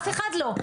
אף אחד לא,